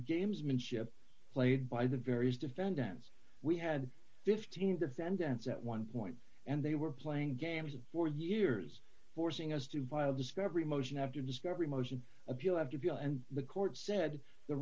gamesmanship played by the various defendants we had fifteen defendants at one point and they were playing games of four years forcing us to file discovery motion after discovery motion appeal after appeal and the court said the